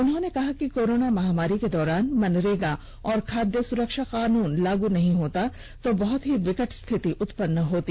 उन्होंने कहा कि कोरोना महामारी के दौरान मनरेगा और खाद्य सुरक्षा कानून लागू नहीं होता तो बहुत ही विकट स्थिति उत्पन्न होती